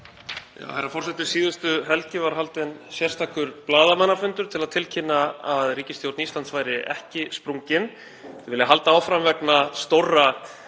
SPEECH_BEGIN Forseti. Síðustu helgi var haldinn sérstakur blaðamannafundur til að tilkynna að ríkisstjórn Íslands væri ekki sprungin, þau vilja halda áfram vegna stórra